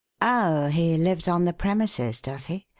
oh, he lives on the premises, does he?